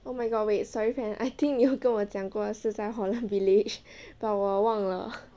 oh my god wait sorry friend I think you 有跟我讲过是在 holland village but 我忘了